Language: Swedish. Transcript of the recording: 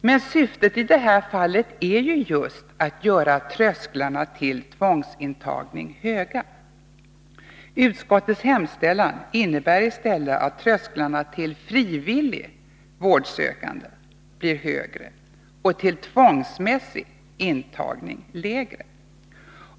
Men syftet i det här fallet är ju just att göra trösklarna till tvångsintagning höga. Utskottets hemställan innebär i stället att trösklarna till frivilligt vårdsökande blir högre och till tvångsmässig intagning lägre.